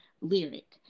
Lyric